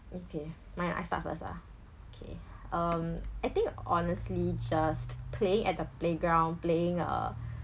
okay mine I start first ah okay um I think honestly just playing at the playground playing uh